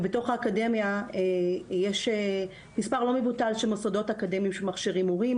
ובתוך האקדמיה יש מספר לא מבוטל של מוסדות אקדמיים שמכשירים מורים